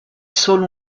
solo